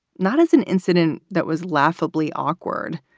not as an incident that was laughably awkward,